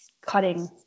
cutting